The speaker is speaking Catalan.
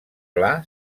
pla